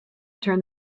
turn